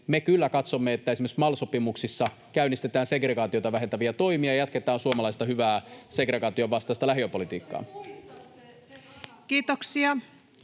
Me kyllä katsomme, että esimerkiksi MAL-sopimuksissa käynnistetään segregaatiota vähentäviä toimia ja jatketaan suomalaista hyvää segregaation vastaista lähiöpolitiikkaa. [Eveliina